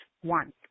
one